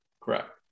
Correct